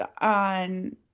on